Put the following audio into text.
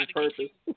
purpose